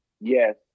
yes